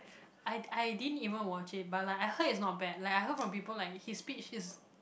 I I didn't even watch it but like I heard it's not bad like I heard from people like his speech is